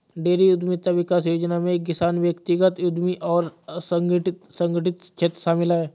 dairy उद्यमिता विकास योजना में किसान व्यक्तिगत उद्यमी और असंगठित संगठित क्षेत्र शामिल है